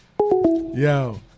Yo